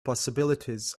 possibilities